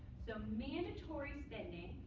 so mandatory spending,